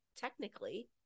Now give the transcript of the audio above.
technically